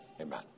amen